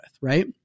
right